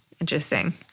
Interesting